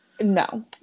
No